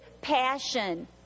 passion